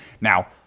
Now